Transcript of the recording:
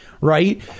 right